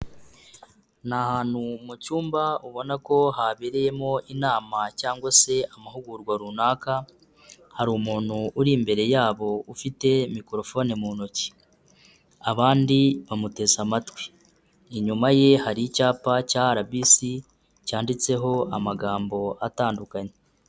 Ni ahantu mu cyumba ubona ko habereyemo inama cyangwa se amahugurwa runaka, hari umuntu uri imbere yabo ufite mikorofone mu ntoki abandi bamutesa amatwi, inyuma ye hari icyapa cya RBC cyanditseho amagambo atandukanye.